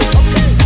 okay